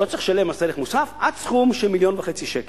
לא צריך לשלם מס ערך מוסף עד סכום של מיליון וחצי שקל.